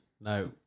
No